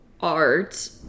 art